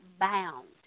bound